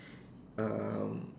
um